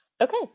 Okay